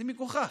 זה מגוחך.